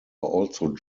also